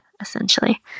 essentially